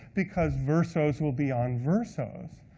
because versos will be on versos.